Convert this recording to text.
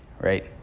right